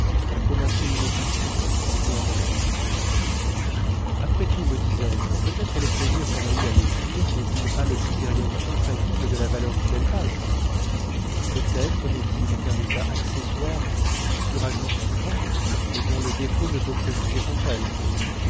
à commencer une étude critique ou un roman après tout me disais-je peut-être le plaisir qu'on a eu à l'écrire n'est-il pas le critérium infaillible de la valeur d'une belle page peut-être n'est-il qu'un état accessoire qui s'y surajoute souvent mais dont le défaut ne peut préjuger contre elle